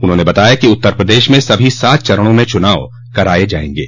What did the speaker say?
उन्होंने बताया कि उत्तर प्रदेश में सभी सात चरणों में चुनाव कराये जायेंगे